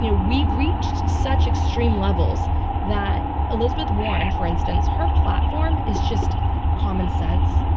you know we've reached such extreme levels that elizabeth warren, for instance, her platform is just common sense.